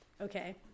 Okay